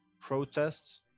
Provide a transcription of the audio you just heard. protests